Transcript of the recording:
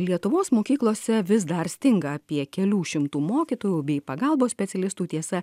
lietuvos mokyklose vis dar stinga apie kelių šimtų mokytojų bei pagalbos specialistų tiesa